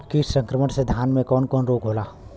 कीट संक्रमण से धान में कवन कवन रोग होला?